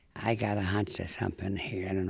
i got a hunch there's something here. and and